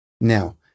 Now